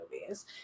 movies